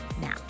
now